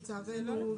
לצערנו,